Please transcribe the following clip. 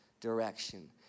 direction